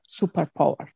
superpower